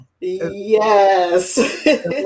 Yes